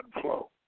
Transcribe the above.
flow